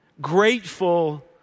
grateful